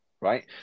right